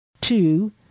Two